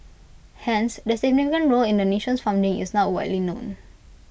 hence their significant role in the nation's founding is not widely known